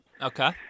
Okay